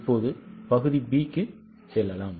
இப்போது B பகுதிக்கு செல்லலாம்